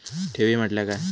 ठेवी म्हटल्या काय?